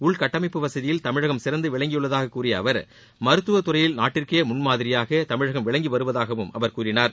உள்கட்டமைப்பு வசதியில் தமிழகம் சிறந்த விளங்கியுள்ளதாக கூறிய அவர் மருத்துவத் துறையில் நாட்டிற்கே முன்மாதிரியாக தமிழகம் விளங்கி வருவதாகவும் அவர் கூறினார்